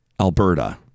Alberta